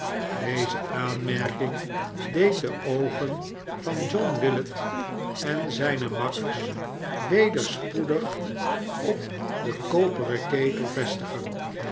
deze aanmerking deed de oogen van john willet en zijne makkers weder spoedig op den koperen ketel vestigen